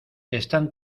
están